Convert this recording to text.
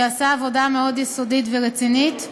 שעשה עבודה מאוד יסודית ורצינית,